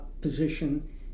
position